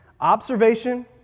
Observation